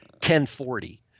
1040